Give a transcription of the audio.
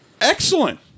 Excellent